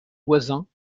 voisins